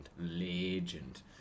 legend